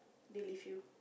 they leave you